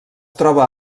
troba